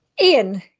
Ian